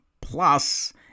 plus